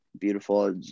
beautiful